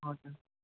हजुर